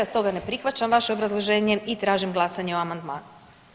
Stoga ne prihvaćam vaše obrazloženje i tražim glasanje o amandmanu.